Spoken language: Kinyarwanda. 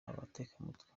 abatekamutwe